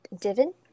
divin